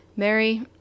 Mary